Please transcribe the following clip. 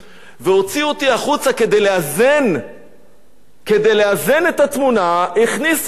כדי לאזן את התמונה הכניסו את חבר הכנסת סעיד נפאע,